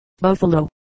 Buffalo